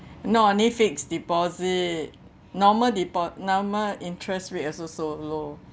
not only fixed deposit normal depo~ normal interest rate also so low